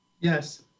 Yes